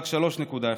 רק 3.1,